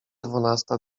dwunasta